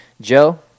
Joe